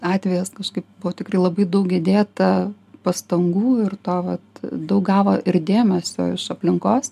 atvejis kažkaip buvo tikrai labai daug girdėta pastangų ir to vat daug gavo ir dėmesio iš aplinkos